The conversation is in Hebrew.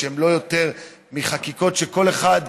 שהן לא יותר מחקיקות שבהן כל אחד,